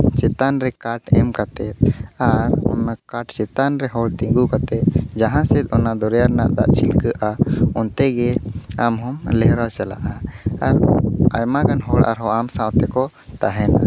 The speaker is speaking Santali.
ᱪᱮᱛᱟᱱ ᱨᱮ ᱠᱟᱴ ᱮᱢ ᱠᱟᱛᱮ ᱟᱨ ᱚᱱᱟ ᱠᱟᱴ ᱪᱮᱛᱟᱱ ᱨᱮ ᱦᱚᱲ ᱛᱤᱸᱜᱩ ᱠᱟᱛᱮ ᱡᱟᱦᱟᱸ ᱥᱮᱫ ᱚᱱᱟ ᱫᱚᱨᱭᱟ ᱨᱮᱱᱟᱜ ᱫᱟᱜ ᱪᱷᱤᱠᱟᱹᱜᱼᱟ ᱚᱱᱛᱮ ᱜᱮ ᱟᱢ ᱦᱚᱸᱢ ᱞᱮᱣᱨᱟ ᱪᱟᱞᱟᱜᱼᱟ ᱟᱨ ᱟᱭᱢᱟ ᱜᱟᱱ ᱦᱚᱲ ᱟᱨ ᱦᱚᱸ ᱟᱢ ᱥᱟᱶᱛᱮ ᱠᱚ ᱛᱟᱦᱮᱱᱟ